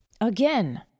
Again